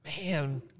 man